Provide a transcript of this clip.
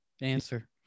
Answer